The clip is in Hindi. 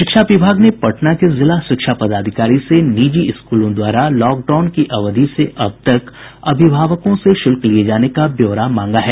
शिक्षा विभाग ने पटना के जिला शिक्षा पदाधिकारी से निजी स्कूलों द्वारा लॉकडाउन की अवधि से अब तक अभिभावकों से शुल्क लिये जाने का ब्योरा मांगा है